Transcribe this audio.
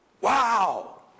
Wow